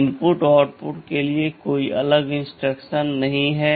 input और output के लिए कोई अलग इंस्ट्रक्शन नहीं हैं